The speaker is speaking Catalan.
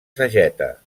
sageta